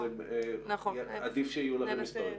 אז עדיף שיהיו לכם מספרים.